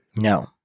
No